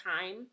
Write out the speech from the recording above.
time